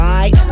Right